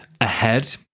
ahead